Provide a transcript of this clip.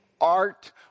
art